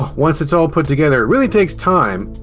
once it's all put together, it really takes time!